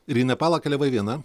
ir į nepalą keliavai viena